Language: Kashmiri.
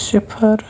صِفر